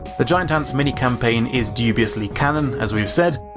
the giant ants mincampaign is dubiously canon, as we've said,